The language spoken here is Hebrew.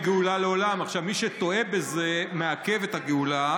גאולה לעולם ומי שטועה בזה מעכב את הגאולה,